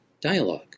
dialogue